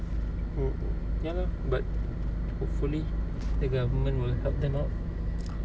ya lor but hopefully the government will help them out